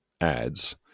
ads